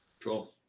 Cool